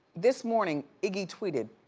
this morning, iggy tweeted